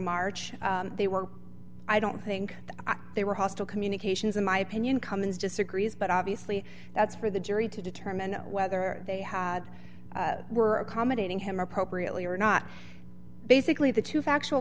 march they were i don't think they were hostile communications in my opinion cummins disagrees but obviously that's for the jury to determine whether they had were accommodating him appropriately or not basically the two factual